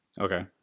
Okay